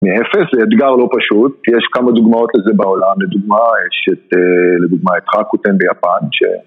מאפס זה אתגר לא פשוט, יש כמה דוגמאות לזה בעולם, לדוגמא יש את, לדוגמא את חדקותן ביפן ש...